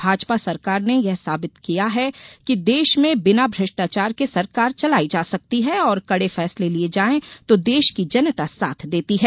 भाजपा सरकार ने यह साबित किया है कि देश में बिना भ्रष्टाचार के सरकार चलाई जा सकती है और कड़े फैसले लिये जायें तो देश की जनता साथ देती है